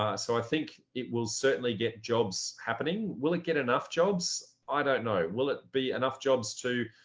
ah so i think it will certainly get jobs happening. will it get enough jobs? i don't know. will it be enough jobs to